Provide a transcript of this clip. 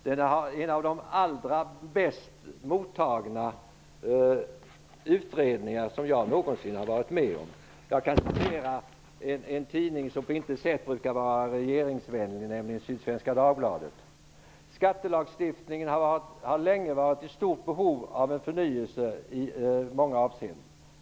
Det är en av de allra bäst mottagna utredningar som jag någonsin har varit med om. Jag kan återge vad en tidning som på intet sätt brukar vara regeringsvänlig, nämligen Sydsvenska Dagbladet, skriver: Skattelagstiftningen har länge varit i stort behov av en förnyelse i många avseenden.